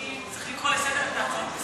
שצריך לקרוא לסדר את ההצעות לסדר-היום.